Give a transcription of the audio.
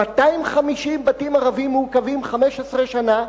250 בתים ערביים מעוכבים 15 שנה.